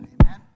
Amen